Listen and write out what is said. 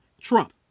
Trump